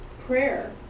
prayer